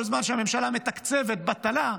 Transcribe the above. כל זמן שהממשלה מתקצבת בטלה,